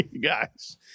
guys